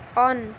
on